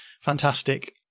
fantastic